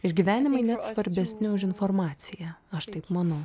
išgyvenimai net svarbesni už informaciją aš taip manau